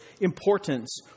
importance